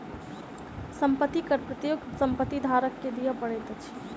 संपत्ति कर प्रत्येक संपत्ति धारक के दिअ पड़ैत अछि